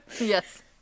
Yes